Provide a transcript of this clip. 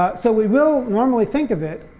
ah so we will normally think of it,